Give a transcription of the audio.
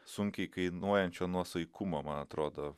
sunkiai kainuojančio nuosaikumo man atrodo